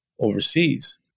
overseas